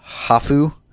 Hafu